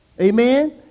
Amen